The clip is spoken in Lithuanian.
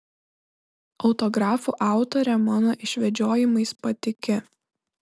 autografų autorė mano išvedžiojimais patiki